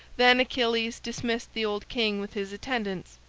then achilles dismissed the old king with his attendants,